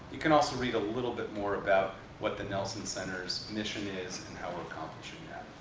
you can also read a little bit more about what the nelson center's mission is and how we're accomplishing